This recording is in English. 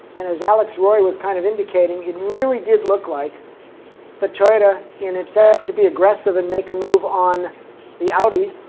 and as alex roy was kind of indicating, it really did look like the toyota, in its ah effort to be aggressive and make a move on the audis,